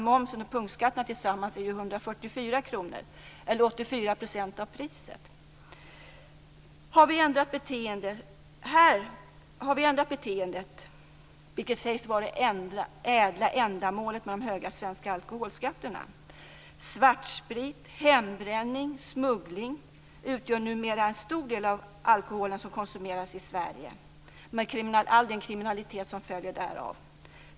Momsen och punktskatterna tillsammans är 144 kr eller Här har vi ändrat beteendet, vilket sägs vara det ädla ändamålet med de höga svenska alkoholskatterna. Svartsprit, hembränd sprit och smugglad sprit utgör numera en stor del av den alkohol som konsumeras i Sverige med all den kriminalitet som följer därav.